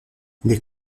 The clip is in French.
les